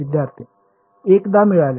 विद्यार्थीः एकदा मिळाले